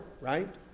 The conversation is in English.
right